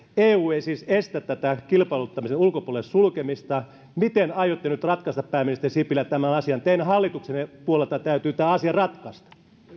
eu ei siis estä tätä kilpailuttamisen ulkopuolelle sulkemista miten aiotte nyt ratkaista pääministeri sipilä tämän asian teidän hallituksenne puolelta täytyy tämä asia ratkaista